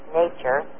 nature